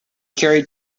carried